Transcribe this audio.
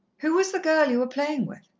who was the girl you were playing with?